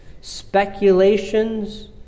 speculations